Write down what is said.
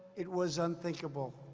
it was unthinkable.